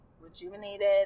rejuvenated